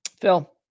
Phil